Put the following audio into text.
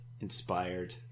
Inspired